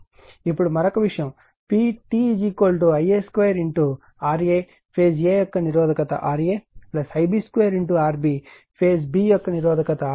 ఇప్పుడు మరొక విషయం PT Ia2 RA phase a యొక్క నిరోధకత RA Ib 2 RB phase b యొక్క నిరోధకత తరువాత Ic2 RC